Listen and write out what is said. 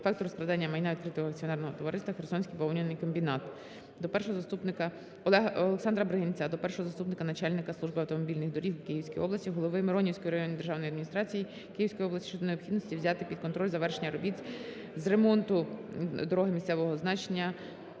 факту розкрадання майна Відкритого акціонерного товариства "Херсонський бавовняний комбінат". До першого заступника начальника… Олександра Бригинця до першого заступника начальника Служби автомобільних доріг у Київській області, голови Миронівської районної державної адміністрації Київської області щодо необхідності взяти під контроль завершення робіт з ремонту дороги місцевого значення